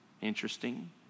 interesting